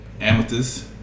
Amethyst